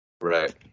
right